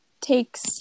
takes